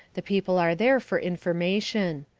the people are there for information.